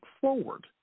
forward